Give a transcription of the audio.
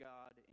God